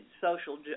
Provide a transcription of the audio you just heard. social